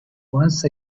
once